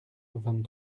vingt